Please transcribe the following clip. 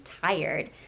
tired